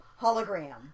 hologram